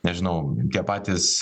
nežinau tie patys